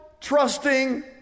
trusting